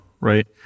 right